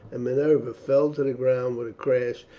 and minerva fell to the ground with a crash,